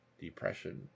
depression